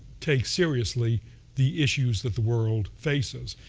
take seriously the issues that the world faces,